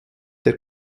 der